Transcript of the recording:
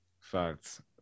Facts